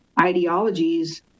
ideologies